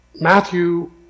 Matthew